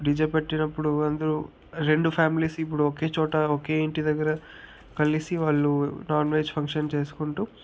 DJ పెట్టినప్పుడు అందరు రెండు ఫ్యామిలీస్ ఇప్పుడు ఒకే చోట ఒకే ఇంటి దగ్గర కలిసి వాళ్ళు నాన్వెజ్ ఫంక్షన్ చేసుకుంటూ